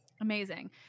Amazing